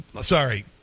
sorry